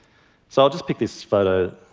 so i'll just pick this photo.